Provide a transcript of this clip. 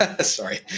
Sorry